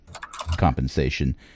compensation